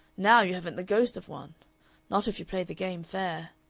now you haven't the ghost of one not if you play the game fair.